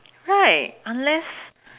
right unless